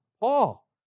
Paul